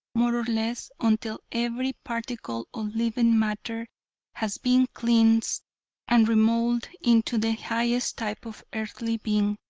more or less, until every particle of living matter has been cleansed and remoulded into the highest type of earthly being,